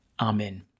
Amen